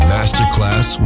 Masterclass